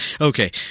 okay